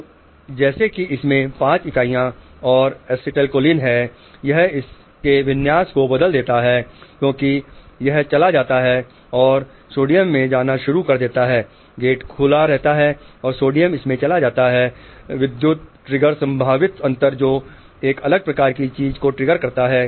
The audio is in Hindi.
तो जैसे कि इसमें 5 इकाइयां और एसिटिलकोलाइन हैं यह इसके विन्यास को बदल देता है क्योंकि यह चला जाता है और सोडियम में जाना शुरू कर देता है गेट खुलता हैहै और इसमें सोडियम चला जाता है और विद्युत ट्रिगर और पोटेंशियल डिफरेंस को परिवर्तित कर देता है जो एक अलग प्रकार की चीज को ट्रिगर करता है